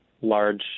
large